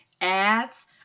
ads